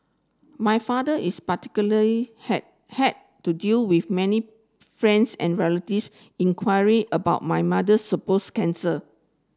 my father is particular has had to deal with many friends and relatives inquiring about my mother supposed cancer